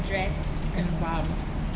tembam